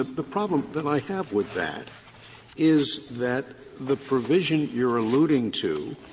the problem that i have with that is that the provision you're alluding to